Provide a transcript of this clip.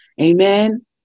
Amen